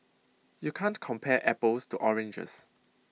you can't compare apples to oranges